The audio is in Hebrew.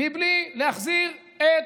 בלי להחזיר את